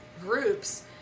groups